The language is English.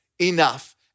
enough